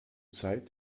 zeit